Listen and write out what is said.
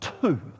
two